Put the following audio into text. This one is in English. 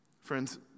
Friends